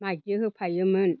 माइदि होफायोमोन